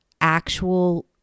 actual